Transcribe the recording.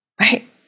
right